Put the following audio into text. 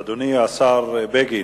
אדוני השר בגין,